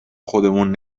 خودمون